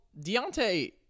Deontay